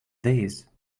these